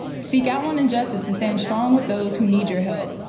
speak out on injustice and stand strong with those who need your help.